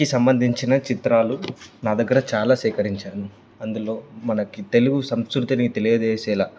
కి సంబంధించిన చిత్రాలు నా దగ్గర చాలా సేకరించాను అందులో మనకి తెలుగు సంస్కృతిని తెలియచేసేలా